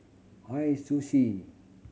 Hi Sushi